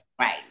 Right